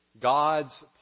God's